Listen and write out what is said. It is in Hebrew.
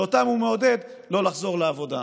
שאותם הוא מעודד לא לחזור לעבודה.